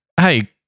Hey